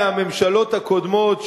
מהממשלות הקודמות,